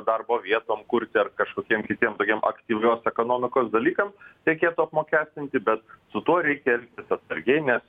darbo vietom kurti ar kažkokiem kitiem tokiem aktyvios ekonomikos dalykam reikėtų apmokestinti bet su tuo reikia elgtis atsargiai nes